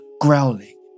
growling